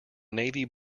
navy